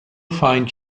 find